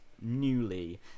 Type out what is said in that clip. newly